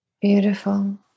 beautiful